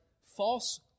false